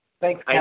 Thanks